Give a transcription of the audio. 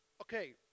Okay